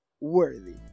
worthy